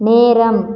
நேரம்